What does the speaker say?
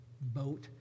boat